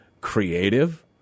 Creative